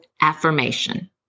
affirmation